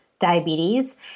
diabetes